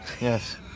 Yes